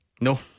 No